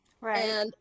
Right